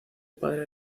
padre